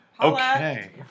Okay